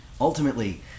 ultimately